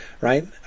right